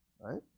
Right